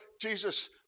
Jesus